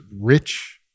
rich